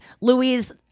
Louise